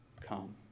come